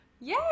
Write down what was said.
yay